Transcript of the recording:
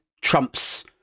Trump's